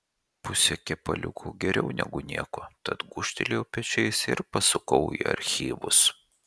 pusė kepaliuko geriau negu nieko tad gūžtelėjau pečiais ir pasukau į archyvus